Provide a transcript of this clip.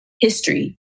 History